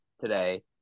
today